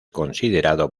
considerado